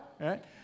Right